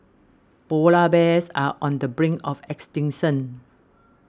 Polar Bears are on the brink of extinction